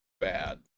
bad